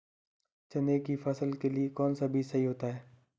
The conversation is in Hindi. चने की फसल के लिए कौनसा बीज सही होता है?